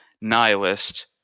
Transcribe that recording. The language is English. nihilist